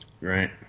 Right